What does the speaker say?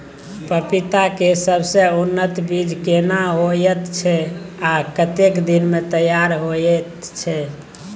पपीता के सबसे उन्नत बीज केना होयत छै, आ कतेक दिन में तैयार होयत छै?